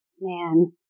Man